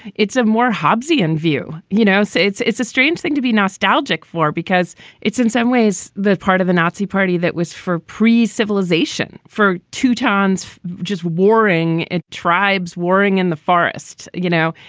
it's a more hobbesian view. you know, so it's it's a strange thing to be nostalgic for because it's in some ways the part of the nazi party that was for preez civilization for two towns, just warring and tribes warring in the forest. you know,